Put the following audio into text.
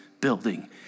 building